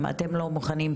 אם אתם לא מוכנים,